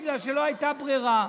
בגלל שלא הייתה ברירה.